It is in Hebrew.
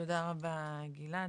תודה רבה, גלעד.